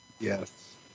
Yes